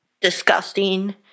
disgusting